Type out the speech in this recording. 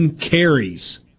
carries